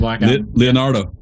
Leonardo